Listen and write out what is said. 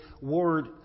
word